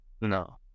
No